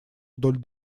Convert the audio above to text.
вдоль